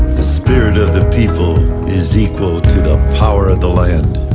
the spirit of the people is equal to the power of the land